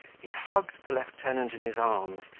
he hugged the lieutenant in his arms,